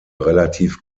relativ